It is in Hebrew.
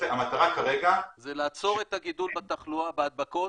כרגע --- זה לעצור את הגידול בתחלואה, בהדבקות.